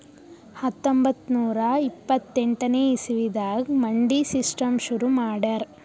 ಹತ್ತೊಂಬತ್ತ್ ನೂರಾ ಇಪ್ಪತ್ತೆಂಟನೇ ಇಸವಿದಾಗ್ ಮಂಡಿ ಸಿಸ್ಟಮ್ ಶುರು ಮಾಡ್ಯಾರ್